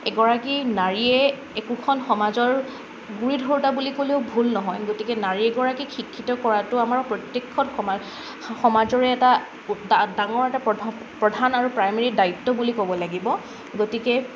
এগৰাকী নাৰীয়ে একোখন সমাজৰ গুৰি ধৰোতা বুলি ক'লেও ভুল নহয় গতিকে নাৰী এগৰাকীক শিক্ষিত কৰাটো আমাৰ প্ৰত্যেকখন সমাজ সমাজৰে এটা ডাঙৰ এটা প্ৰধান প্ৰধান আৰু প্ৰাইমেৰী দায়িত্ব বুলি ক'ব লাগিব গতিকে